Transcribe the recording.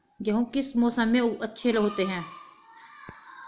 गेहूँ किस मौसम में अच्छे होते हैं?